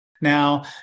Now